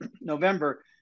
November